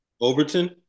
Overton